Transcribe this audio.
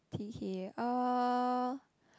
T K uh